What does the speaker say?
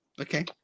okay